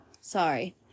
Sorry